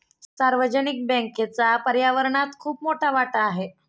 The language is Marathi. सार्वजनिक बँकेचा पर्यावरणात खूप मोठा वाटा आहे